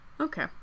Okay